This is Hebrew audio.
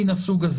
גברתי